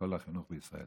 לכל החינוך בישראל.